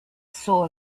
saw